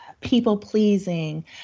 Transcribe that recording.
people-pleasing